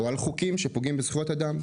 או על חוקים שפוגעים בזכויות חיי אדם,